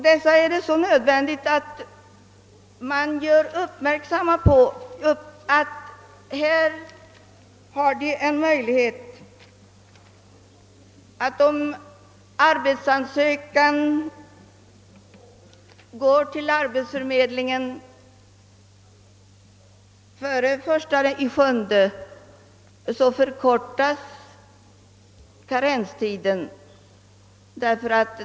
Det är synnerligen angeläget att uppmärksamgöra denna grupp av arbetslösa på ati man, om arbetsansökan inkommer till arbetsförmedlingen före den 1 juli i år, får två månaders förkortning av karenstiden.